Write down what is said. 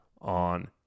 on